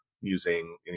using